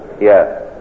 Yes